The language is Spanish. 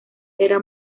era